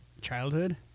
Childhood